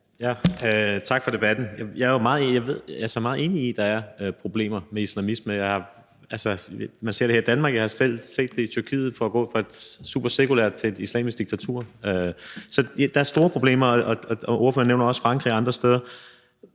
Tak for debatten. Jeg er jo altså meget enig i, at der er problemer med islamisme. Man ser det her i Danmark, og jeg har selv set det i Tyrkiet, hvor man er gået fra noget supersekulært til et islamisk diktatur. Så der er store problemer. Ordføreren nævner også Frankrig og andre steder.